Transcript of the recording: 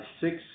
six